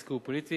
עסקי או פוליטי.